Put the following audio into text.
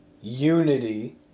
unity